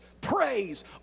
praise